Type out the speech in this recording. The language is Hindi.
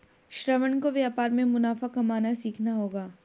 श्रवण को व्यापार में मुनाफा कमाना सीखना होगा